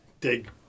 dig